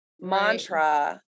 mantra